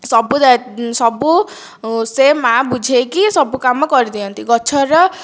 ସବୁ ଦାୟୀ ସବୁ ସେ ମା' ବୁଝେଇକି ସବୁ କାମ କରିଦିଅନ୍ତି ଗଛର